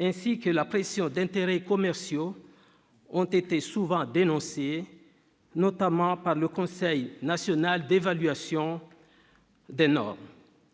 ainsi que la pression d'intérêts commerciaux, ont été souvent dénoncées, notamment par le Conseil national d'évaluation des normes,